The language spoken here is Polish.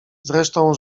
zresztą